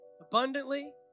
abundantly